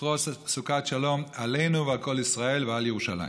יפרוס סוכת שלום עלינו ועל כל ישראל ועל ירושלים.